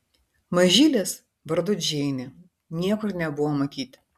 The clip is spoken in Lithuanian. mažylės vardu džeinė niekur nebuvo matyti